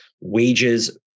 wages